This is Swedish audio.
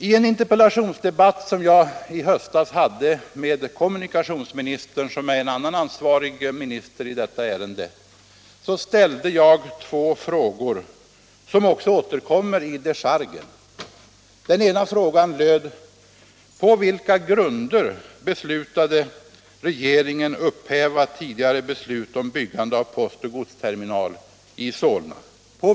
I en interpellationsdebatt som jag i höstas hade med kommunikationsministern, som är en annan ansvarig minister i detta ärende, ställde jag två frågor som också återkommer i dechargen. Den ena frågan löd: På vilka grunder har regeringen beslutat upphäva tidigare beslut om byggande av postoch godsterminal i Solna?